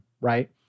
right